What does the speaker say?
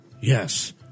yes